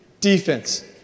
defense